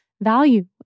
value